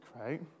right